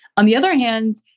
on the other hand,